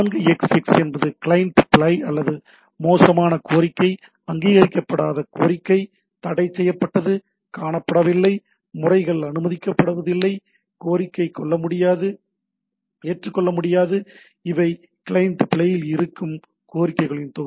4xx என்பது client பிழை அல்லது மோசமான கோரிக்கை அங்கீகரிக்கப்படாத கோரிக்கை தடைசெய்யப்பட்டது காணப்படவில்லை முறைகள் அனுமதிக்கப்படுவதில்லை ஏற்றுக்கொள்ள முடியாது இவை கிளையன்ட் பிழையில் இருக்கும் கோரிக்கைகளின் தொகுப்பாகும்